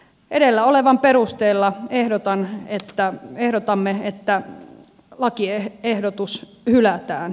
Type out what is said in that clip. edellä olevan perusteella ehdotamme että lakiehdotus hylätään